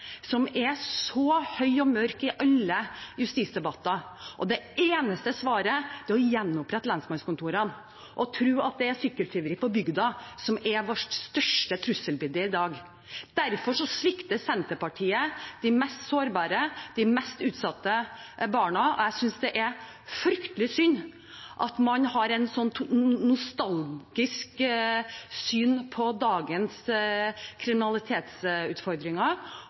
som er så høye og mørke i alle justisdebatter. Deres eneste svar er å gjenopprette lensmannskontorene – å tro at det er sykkeltyveri på bygda som er vårt største trusselbilde i dag. Derfor svikter Senterpartiet de mest sårbare, de mest utsatte barna. Jeg er synes det er fryktelig synd at man har et så nostalgisk syn på dagens kriminalitetsutfordringer.